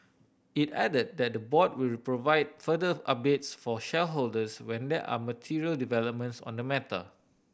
it added that the board will provide further updates for shareholders when there are material developments on the matter